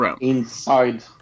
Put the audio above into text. Inside